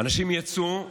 אנשים יצאו.